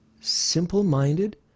simple-minded